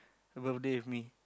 birthday with me